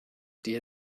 dir